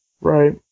Right